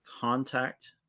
contact